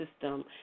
system